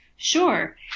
Sure